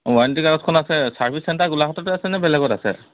warranty কাৰ্ডখন আছে service centre গোলাঘাটত আছেনে বেলেগত আছে